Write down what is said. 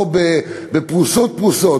וכמו בפרוסות-פרוסות,